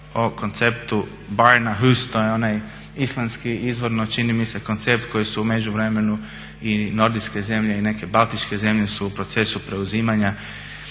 se ne razumije./… onaj islandski izvorno čini mi se koncept koji su u međuvremenu i nordijske zemlje i neke baltičke zemlje su u procesu preuzimanja.